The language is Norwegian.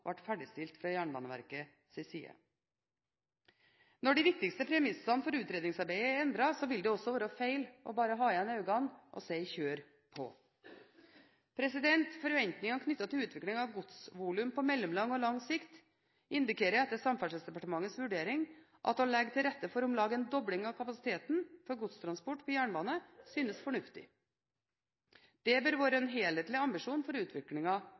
ferdigstilt fra Jernbaneverkets side. Når de viktigste premissene for utredningsarbeidet er endret, vil det være feil bare å lukke øynene og si: Kjør på! Forventingen knyttet til utviklingen av godsvolumer på mellomlang og lang sikt indikerer etter Samferdselsdepartementets vurdering at å legge til rette for om lag en dobling av kapasiteten for godstransport med jernbane synes fornuftig. Det bør være en helhetlig ambisjon for